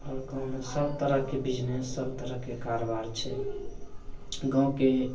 आओर गाममे सब तरहके बिजनेस सब तरहके कारबार छै गामके